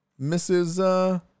Mrs